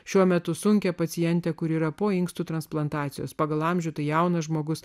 šiuo metu sunkią pacientę kuri yra po inkstų transplantacijos pagal amžių tai jaunas žmogus